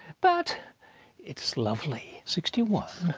but it's lovely. sixty one,